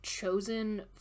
chosen